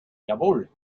jawohl